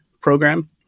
program